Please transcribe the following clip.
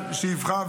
על מי שיבחר,